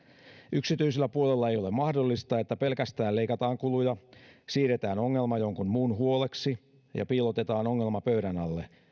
yksityisellä puolella ei ole mahdollista että pelkästään leikataan kuluja siirretään ongelma jonkun muun huoleksi ja piilotetaan ongelma pöydän alle